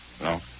No